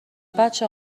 بچه